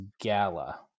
gala